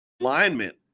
alignment